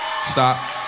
stop